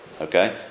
Okay